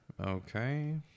okay